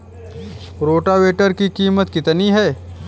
Rotavator की कीमत कितनी है?